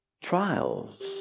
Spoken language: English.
Trials